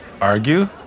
Argue